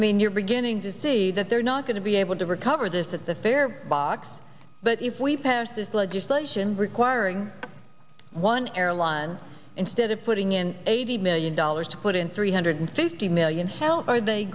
mean you're beginning to see that they're not going to be able to recover this at the fare box but if we pass this legislation requiring one airline instead of putting in eighty million dollars to put in three hundred fifty million how are they